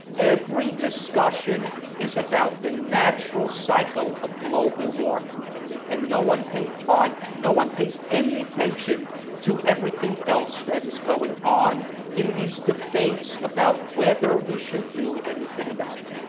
every discussion is about the natural cycle of global warming and no one paid, fine, no one pays any attention to everything else that is going on in these debates about whether we should do anything about it.